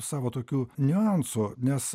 savo tokių niuansų nes